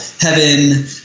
heaven